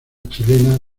chilena